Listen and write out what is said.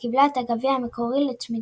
וקיבלה את הגביע המקורי לצמיתות.